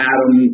Adam